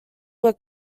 were